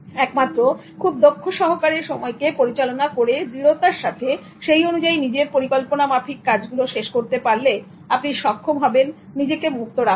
একমাত্র খুব দক্ষ সহকারে সময়কে পরিচালনা করে দৃঢ়তার সাথে সেই অনুযায়ী নিজের পরিকল্পনা মাফিক কাজগুলো শেষ করতে পারলে আপনি সক্ষম হবেন নিজেকে মুক্ত রাখতে